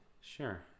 Sure